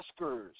Oscars